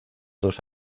dos